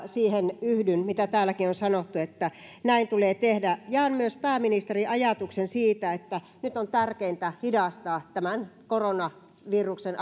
siihen yhdyn mitä täälläkin on sanottu näin tulee tehdä jaan myös pääministerin ajatuksen siitä että nyt on tärkeintä hidastaa tämän koronaviruksen